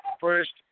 First